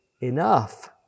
enough